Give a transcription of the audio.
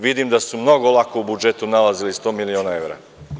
Vidim da su mnogo lako u budžetu nalazili 100 miliona evra.